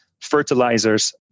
fertilizers